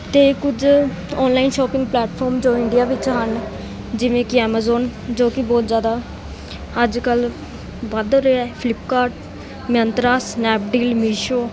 ਅਤੇ ਕੁਝ online shopping platform ਜੋ ਇੰਡੀਆ ਵਿੱਚ ਹਨ ਜਿਵੇਂ ਕਿ ਐਮਾਜੋਨ ਜੋ ਕਿ ਬਹੁਤ ਜ਼ਿਆਦਾ ਅੱਜ ਕੱਲ੍ਹ ਵੱਧ ਰਿਹਾ ਫਲਿਪਕਾਰਟ ਮੰਤਰਾ ਸਨੈਪਡੀਲ ਮੀਸ਼ੋ